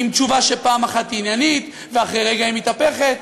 עם תשובה שפעם אחת היא עניינית ואחרי רגע היא מתהפכת.